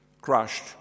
crushed